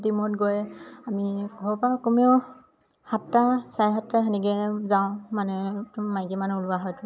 ডিমৌত গৈ আমি ঘৰৰ পৰা কমেও সাতটা চাৰে সাতটা সেনেকে যাওঁ মানে মাইকী মানুহ ওলোৱা হয়তো